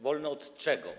Wolne od czego?